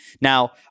Now